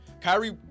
Kyrie